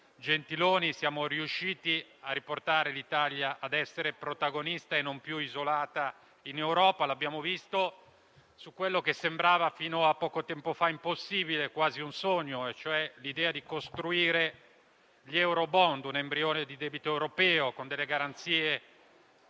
Silveri, siamo riusciti a riportare l'Italia ad essere protagonista e non più isolata in Europa. L'abbiamo visto su quello che sembrava fino a poco tempo fa impossibile, quasi un sogno, cioè l'idea di costruire gli *eurobond*, un embrione di debito europeo, con garanzie